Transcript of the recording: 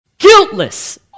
guiltless